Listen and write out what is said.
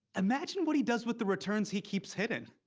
imagine what he does with the returns he keeps hidden.